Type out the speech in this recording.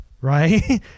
right